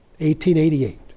1888